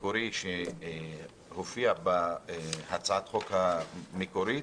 שהופיע בהצעת החוק המקורית